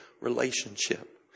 relationship